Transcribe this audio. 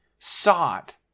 Sought